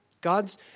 God's